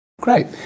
Great